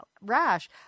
rash